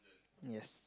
yes